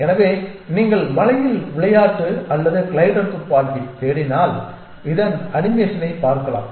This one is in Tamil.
எனவே நீங்கள் வலையில் விளையாட்டு அல்லது கிளைடர் துப்பாக்கியைத் தேடினால் இதன் அனிமேஷனைப் பார்க்கலாம்